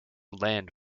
land